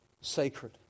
sacred